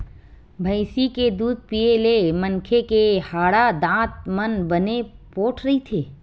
भइसी के दूद पीए ले मनखे के हाड़ा, दांत मन बने पोठ रहिथे